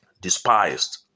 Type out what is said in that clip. Despised